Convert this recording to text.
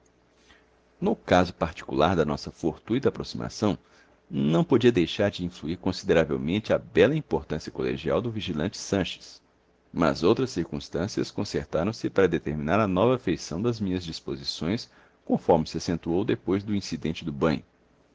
no caso particular da nossa fortuita aproximação não podia deixar de influir consideravelmente a bela importância colegial do vigilante sanches mas outras circunstâncias concertaram se para determinar a nova feição das minhas disposições conforme se acentuou depois do incidente do banho